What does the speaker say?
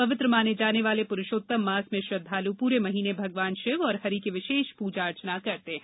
पवित्र माने जाने वाले पुरूषोत्तम मास में श्रद्वाल् प्ररे महीने भगवान शिव और हरि की विशेष प्रजा अर्चना करते हैं